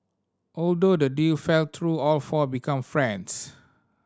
although the deal fell through all four become friends